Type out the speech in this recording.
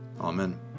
Amen